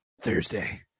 Thursday